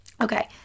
Okay